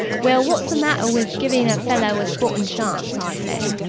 well, wot's the matter with giving a fellow a sporting chance i says.